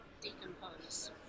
decompose